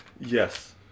Yes